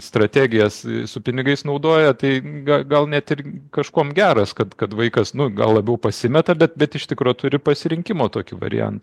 strategijas su pinigais naudoja tai gal net ir kažkuom geras kad kad vaikas na gal labiau pasimeta bet bet iš tikro turi pasirinkimo tokį variantą